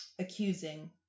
Accusing